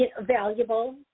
valuable